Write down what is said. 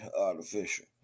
Artificial